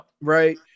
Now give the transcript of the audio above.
Right